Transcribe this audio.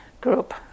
group